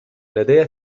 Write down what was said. لدي